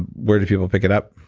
ah where do people pick it up?